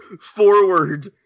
forward